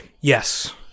Yes